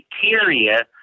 criteria